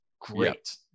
great